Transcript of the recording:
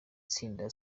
tsinda